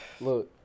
look